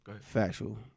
Factual